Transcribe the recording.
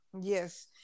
Yes